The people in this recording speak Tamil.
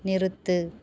நிறுத்து